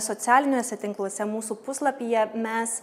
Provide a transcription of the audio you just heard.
socialiniuose tinkluose mūsų puslapyje mes